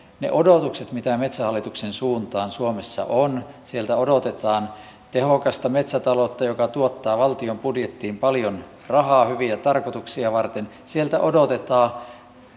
ne odotukset mitä metsähallituksen suuntaan suomessa on ovat kovat sieltä odotetaan tehokasta metsätaloutta joka tuottaa valtion budjettiin paljon rahaa hyviä tarkoituksia varten sieltä odotetaan